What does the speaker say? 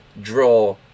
draw